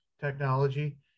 technology